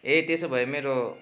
ए त्यसो भए मेरो